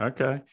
Okay